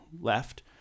left